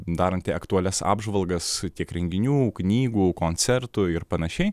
daranti aktualias apžvalgas tiek renginių knygų koncertų ir panašiai